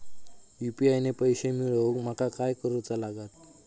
UPI ने पैशे मिळवूक माका काय करूचा लागात?